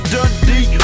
Dundee